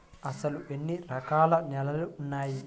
అసలు ఎన్ని రకాల నేలలు వున్నాయి?